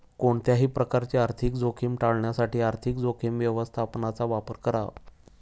कोणत्याही प्रकारची आर्थिक जोखीम टाळण्यासाठी आर्थिक जोखीम व्यवस्थापनाचा वापर करा